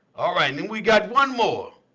all right. and then we got one more.